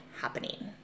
happening